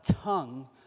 tongue